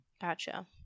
Gotcha